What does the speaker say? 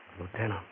Lieutenant